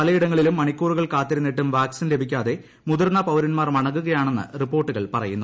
പലയിടങ്ങളിലും മണിക്കൂറുകൾ കാത്തിരുന്നിട്ടും വാക്സിൻ ലഭിക്കാതെ മുതിർന്ന പൌരന്മാർ മടങ്ങുകയാണെന്ന് റിപ്പോർട്ടുകൾ പറയുന്നു